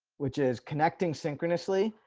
which is connecting synchronously,